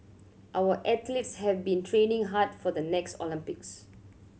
our athletes have been training hard for the next Olympics